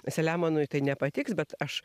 selemonui tai nepatiks bet aš